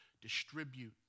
distribute